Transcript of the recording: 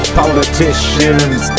politicians